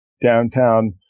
downtown